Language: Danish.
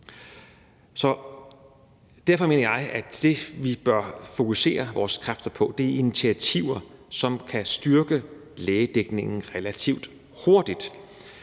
Derfor mener jeg, at det, vi bør fokusere vores kræfter på, er initiativer, som kan styrke lægedækningen relativt hurtigt,